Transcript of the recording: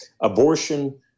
abortion